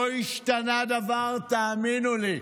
לא השתנה דבר, תאמינו לי.